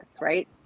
right